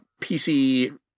PC